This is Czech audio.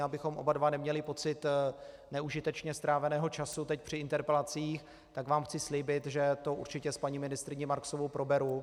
Abychom oba dva neměli pocit neužitečně stráveného času teď při interpelacích, tak vám chci slíbit, že to určitě s paní ministryní Marksovou proberu.